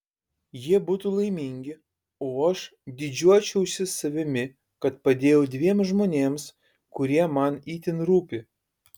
jie būtų laimingi o aš didžiuočiausi savimi kad padėjau dviem žmonėms kurie man itin rūpi